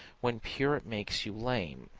when pure it makes you lame.